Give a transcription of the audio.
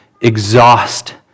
exhaust